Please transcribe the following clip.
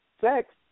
Sex